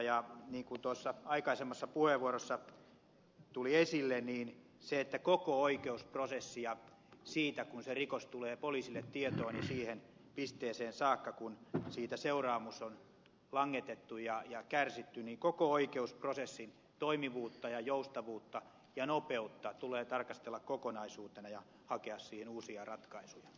niin kuin aikaisemmassa puheenvuorossa tuli esille koko oikeusprosessin lähtien siitä kun rikos tulee poliisille tietoon aina siihen pisteeseen saakka kun siitä seuraamus on langetettu ja kärsitty toimivuutta ja joustavuutta ja nopeutta tulee tarkastella kokonaisuutena ja hakea siihen uusia ratkaisuja